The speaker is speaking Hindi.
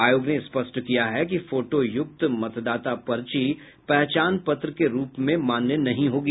आयोग ने स्पष्ट किया है कि फोटोयुक्त मतदाता पर्ची पहचान पत्र के रूप में मान्य नहीं होगी